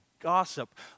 gossip